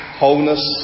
wholeness